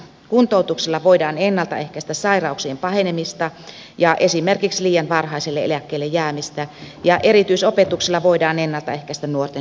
kuntoutuksella voidaan ennaltaehkäistä sairauksien pahenemista ja esimerkiksi liian varhaiselle eläkkeelle jäämistä ja erityisopetuksella voidaan ennaltaehkäistä nuorten syrjäytymistä